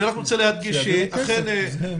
אני רק רוצה להדגיש שזה לא